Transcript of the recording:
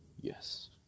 yes